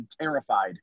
terrified